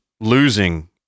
losing –